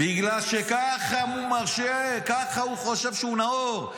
בגלל שככה הוא מרשה, ככה הוא חושב שהוא נאור.